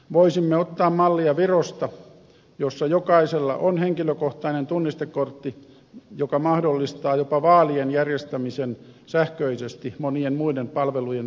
voisimme ottaa mallia virosta jossa jokaisella on henkilökohtainen tunnistekortti mikä mahdollistaa jopa vaalien järjestämisen sähköisesti monien muiden palvelujen lisäksi